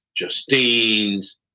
Justine's